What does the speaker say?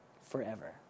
forever